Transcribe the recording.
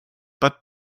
but